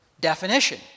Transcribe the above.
definition